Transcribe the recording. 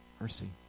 Mercy